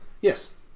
Yes